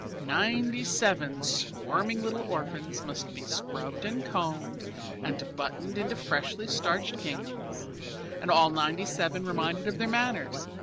ninety-seven squirming little orphans must be scrubbed and combed and buttoned into freshly starched ginghams and all ninety-seven reminded of their manners,